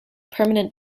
permanent